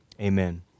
amen